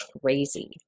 crazy